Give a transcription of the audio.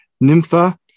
Nympha